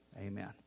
amen